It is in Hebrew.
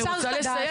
אני רוצה לסיים.